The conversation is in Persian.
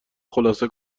خلاصه